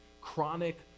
chronic